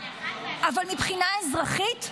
אבל מבחינה אזרחית,